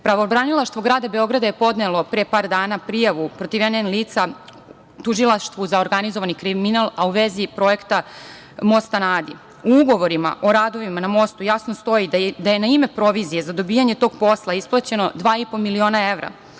projekat. Pravobranilaštvo grada Beograda je podnelo pre par dana prijavu protiv NN lica Tužilaštvu za organizovani kriminal, a u vezi projekta mosta na Adi. U ugovorima o radovima na mostu jasno stoji da je na ime provizije za dobijanje tog posla isplaćeno 2,5 miliona evra.